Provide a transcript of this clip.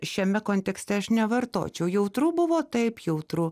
šiame kontekste aš nevartočiau jautru buvo taip jautru